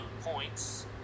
points